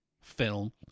film